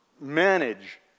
manage